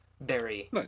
berry